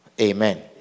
Amen